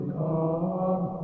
come